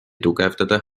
tugevdada